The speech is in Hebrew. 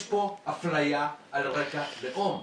יש פה אפליה על לאום.